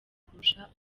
kurusha